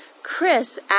Chris